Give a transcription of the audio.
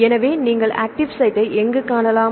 எனவே நீங்கள் ஆக்ட்டிவ் சைட்டை எங்கு காணலாம்